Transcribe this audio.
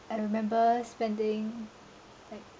I remember spending like